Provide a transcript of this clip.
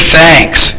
thanks